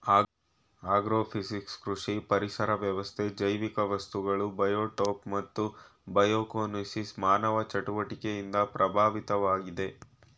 agrophysics ಕೃಷಿ ಪರಿಸರ ವ್ಯವಸ್ಥೆ ಜೈವಿಕ ವಸ್ತುಗಳು ಬಯೋಟೋಪ್ ಮತ್ತು ಬಯೋಕೋನೋಸಿಸ್ ಮಾನವ ಚಟುವಟಿಕೆಯಿಂದ ಪ್ರಭಾವಿತವಾಗಿವೆ